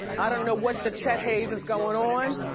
i don't know what the chet hayes is goin' on.